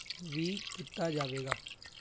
ਵੀ ਕੀਤਾ ਜਾਵੇਗਾ